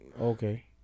okay